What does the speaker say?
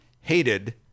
hated